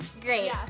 great